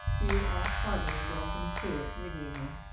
you are heartily welcome to it, regina.